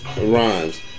Rhymes